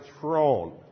throne